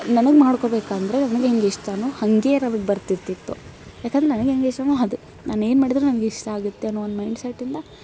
ನಮಗೆ ಮಾಡ್ಕೊಳ್ಬೇಕಂದ್ರೆ ನಮಗೆ ಹೆಂಗೆ ಇಷ್ಟಾನೋ ಹಾಗೆ ನಮ್ಗೆ ಬರ್ತಿರ್ತಿತ್ತು ಯಾಕಂದ್ರೆ ನನಗೆ ಹೆಂಗೆ ಇಷ್ಟನೋ ಅದು ನಾನೇನು ಮಾಡಿದರೂ ನನ್ಗೆ ಇಷ್ಟ ಆಗುತ್ತೇನೋ ಒಂದು ಮೈಂಡ್ ಸೆಟ್ಟಿಂದ